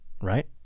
right